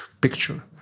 picture